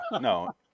No